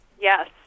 Yes